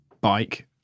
bike